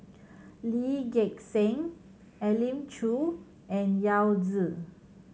Lee Gek Seng Elim Chew and Yao Zi